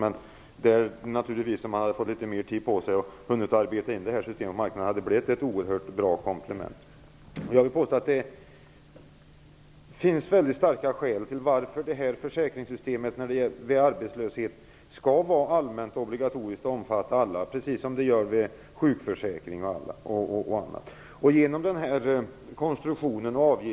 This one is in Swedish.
Men om vi hade fått litet mer tid på oss och hunnit att arbeta in systemet på marknaden hade det blivit ett oerhört bra komplement. Jag vill påstå att det finns starka skäl för att försäkringssystemet vid arbetslöshet skall vara allmänt och obligatoriskt och omfatta alla, precis som bl.a. sjukförsäkringen.